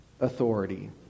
authority